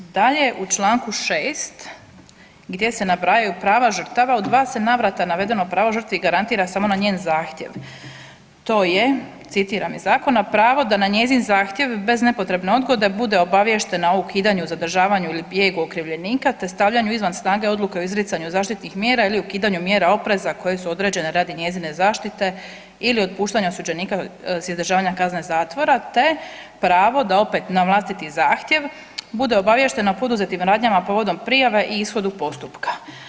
Dalje, u čl. 6. gdje se nabrajaju prava žrtava u dva se navrata navedeno pravo žrtvi garantira samo na njen zahtjev, to je citiram iz zakona „pravo da na njezin zahtjev bez nepotrebne odgode bude obaviještena o ukidanju, zadržavanju ili bijegu okrivljenika te stavljanju izvan snage odluke o izricanju zaštitnih mjera ili ukidanju mjera opreza koje su određene radi njezine zaštite ili otpuštanja osuđenika s izdržavanja kazne zatvora te pravo da opet na vlastiti zahtjev bude obaviještena o poduzetim radnjama povodom prijave i ishodu postupka“